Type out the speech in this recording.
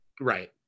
Right